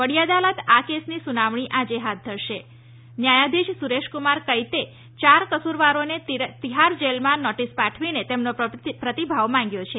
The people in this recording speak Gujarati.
વડી અદાલત આ કેસની સુનાવણી આજે હાથ ધરશે ન્યાયાધીશ સુરેશકુમાર કૈતે યાર કસૂરવારોને તિરાહ જેલમાં નોટિસ પાઠવીને તેમનો પ્રતિભાવ માગ્યો છે